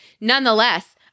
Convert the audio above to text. Nonetheless